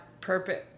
purpose